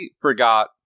forgot